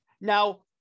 now